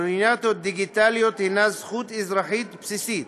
אוריינות דיגיטלית הנה זכות אזרחית בסיסית,